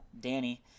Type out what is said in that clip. Danny